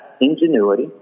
ingenuity